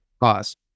cost